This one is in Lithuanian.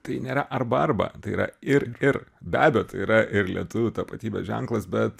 tai nėra arba arba tai yra ir ir be abejo tai yra ir lietuvių tapatybės ženklas bet